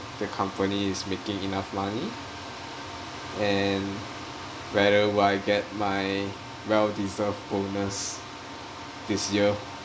the company is making enough money and whether would I get my well deserved bonus this year